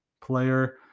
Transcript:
player